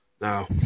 now